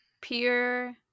pure